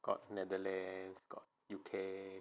got netherlands got U_K